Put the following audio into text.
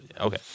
Okay